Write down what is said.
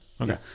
Okay